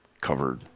covered